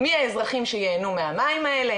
מי האזרחים שייהנו מהמים האלה,